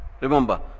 remember